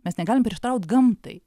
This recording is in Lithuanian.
mes negalim prieštaraut gamtai